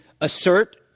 assert